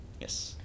Yes